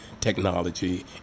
technology